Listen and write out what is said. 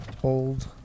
Hold